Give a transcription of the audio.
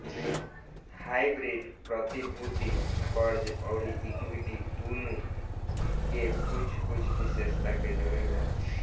hybrid प्रतिभूति, कर्ज अउरी इक्विटी दुनो के कुछ कुछ विशेषता के जोड़ेला